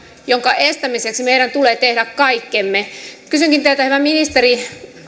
jonka estämiseksi meidän tulee tehdä kaikkemme kysynkin teiltä hyvä ministeri